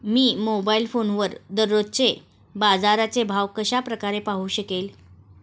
मी mobile फोनवर दररोजचे बाजाराचे भाव कशा प्रकारे पाहू शकेल?